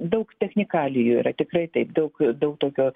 daug technikalijų yra tikrai taip daug daug tokio